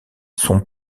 son